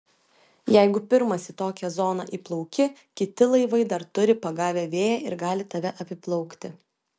jeigu pirmas į tokią zoną įplauki kiti laivai dar turi pagavę vėją ir gali tave apiplaukti